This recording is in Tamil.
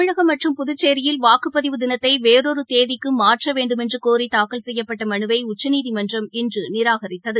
தமிழகம் மற்றும் புதுச்சேியில் வாக்குப்பதிவு தினத்தைவேறொருதேதிக்குமாற்றவேண்டுமென்றுகோரிதாக்கல் செய்யப்பட்டமனுவைஉச்சநீதிமன்றம் இன்றுநிராகரித்தது